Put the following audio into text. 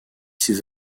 ses